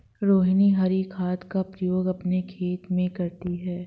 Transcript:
रोहिनी हरी खाद का प्रयोग अपने खेत में करती है